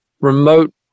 remote